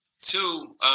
Two